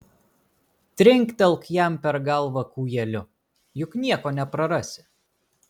trinktelk jam per galvą kūjeliu juk nieko neprarasi